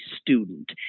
student